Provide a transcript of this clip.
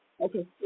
Okay